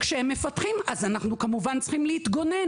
כשהם מפתחים, אז אנחנו כמובן צריכים להתגונן.